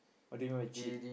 what do you mean by cheat